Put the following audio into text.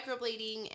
microblading